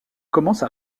commence